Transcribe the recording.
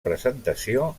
presentació